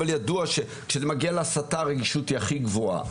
אבל ידוע כשזה מגיע להסתה הרגישות הכי גבוהה,